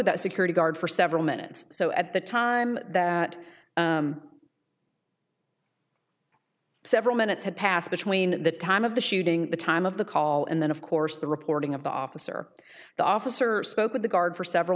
that security guard for several minutes so at the time that several minutes had passed between the time of the shooting the time of the call and then of course the reporting of the officer the officers spoke with the guard for several